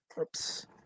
Oops